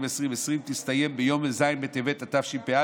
2020 תסתיים ביום ז' בטבת התשפ"א,